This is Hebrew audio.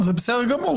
זה בסדר גמור,